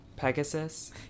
Pegasus